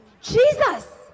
Jesus